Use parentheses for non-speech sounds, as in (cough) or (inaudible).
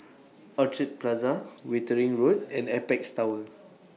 (noise) Orchid Plaza Wittering Road and Apex Tower